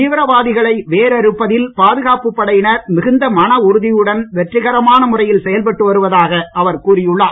தீவிரவாதிகளை வேரறுப்பதில் பாதுகாப்பு படையினர் மிகுந்த மனஉறுதியுடன் வெற்றிகரமான முறையில் செயல்பட்டு வருவதாக அவர் கூறி உள்ளார்